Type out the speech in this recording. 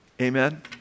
amen